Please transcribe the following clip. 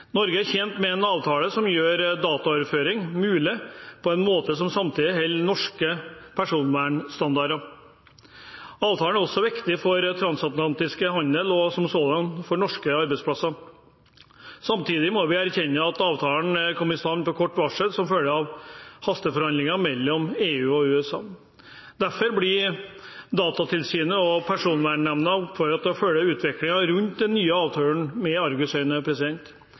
Norge er tjent med en avtale som gjør dataoverføring mulig på en måte som samtidig holder norske personvernstandarder. Avtalen er også viktig for transatlantisk handel og som sådan for norske arbeidsplasser. Samtidig må vi erkjenne at avtalen kom i stand på kort varsel som følge av hasteforhandlinger mellom EU og USA. Derfor blir Datatilsynet og Personvernnemnda oppfordret til å følge utviklingen rundt den nye avtalen med argusøyne.